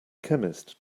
chemist